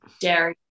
dairy